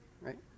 right